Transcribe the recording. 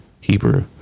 hebrew